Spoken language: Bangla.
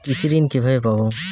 কৃষি ঋন কিভাবে পাব?